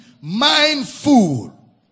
Mindful